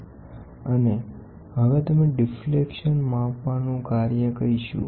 તો જ્યારે તમે સ્ટ્રેન ગેજને જોડવાનો પ્રયત્ન કરો છો તો તમે સ્ટ્રેન ગેજના ડીફલેકશન માપવાનુ શરૂ કરશો